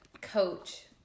coach